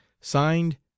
signed